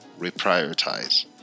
reprioritize